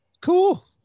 Cool